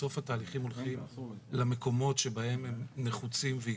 בסוף התהליכים הולכים למקומות שבהם הם נחוצים ויקרו.